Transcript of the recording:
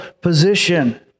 position